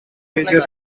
major